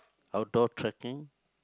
outdoor trekking